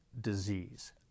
disease